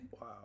Wow